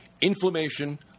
Inflammation